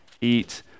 eat